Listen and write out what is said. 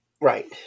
right